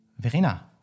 Verena